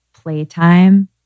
Playtime